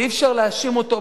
שאי-אפשר להאשים אותו